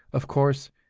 of course,